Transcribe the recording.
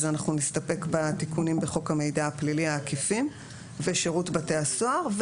אז אנחנו נסתפק בתיקונים העקיפים בחוק המידע הפלילי ושירות בתי-הסוהר,